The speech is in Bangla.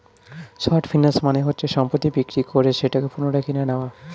শর্ট ফিন্যান্স মানে হচ্ছে সম্পত্তি বিক্রি করে সেটাকে পুনরায় কিনে নেয়া